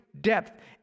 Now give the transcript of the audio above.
depth